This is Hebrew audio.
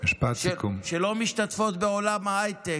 שלא משתתפות בעולם ההייטק,